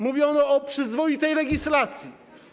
Mówiono o przyzwoitej legislacji.